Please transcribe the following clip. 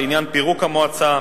לעניין פירוק המועצה,